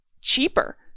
cheaper